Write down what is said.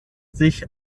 sich